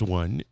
one